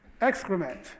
excrement